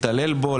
להתעלל בו,